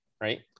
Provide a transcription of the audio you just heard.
right